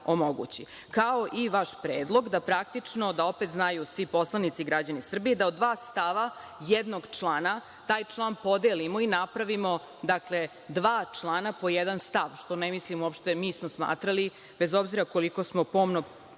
kao i vaš predlog da praktično, da opet znaju svi poslanici i građani Srbije, da od dva stava jednog člana taj član podelimo i napravimo dva člana po jedan stav, što smo mi smatrali, bez obzira koliko smo pomno